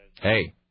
Hey